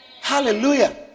hallelujah